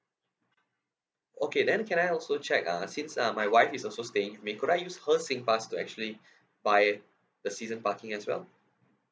okay then can I also check ah since uh my wife is also staying with me could I use her singpass to actually buy the season parking as well